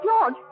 George